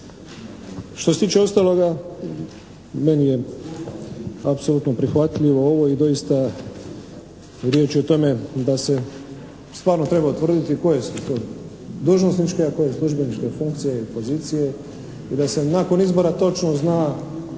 Što se tiče ostaloga, meni je apsolutno prihvatljivo ovo i doista riječ je o tome da se stvarno treba utvrditi koje su to dužnosničke, a koje službeničke funkcije i pozicije i da se nakon izbora točno zna